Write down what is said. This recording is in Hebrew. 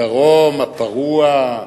בדרום הפרוע,